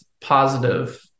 positive